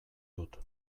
dut